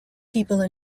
people